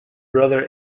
brother